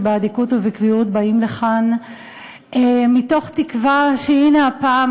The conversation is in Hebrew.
שבאדיקות ובקביעות באים לכאן מתוך תקווה שהנה הפעם,